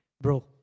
Bro